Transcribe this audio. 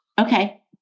Okay